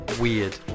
Weird